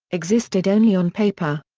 existed only on paper.